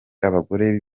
abagore